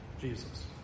Jesus